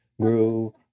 grew